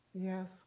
yes